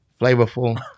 flavorful